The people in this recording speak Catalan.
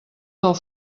del